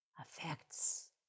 affects